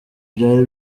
byari